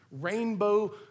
rainbow